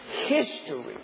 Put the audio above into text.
history